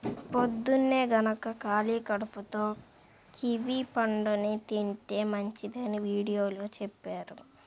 పొద్దన్నే గనక ఖాళీ కడుపుతో కివీ పండుని తింటే మంచిదని వీడియోలో చెప్పారు